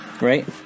right